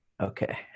okay